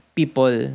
people